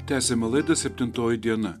tęsiame laidą septintoji diena